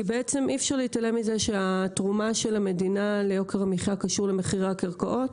אי אפשר להתעלם מזה שהתרומה של המדינה ליוקר המחיה קשור למחירי הקרקעות,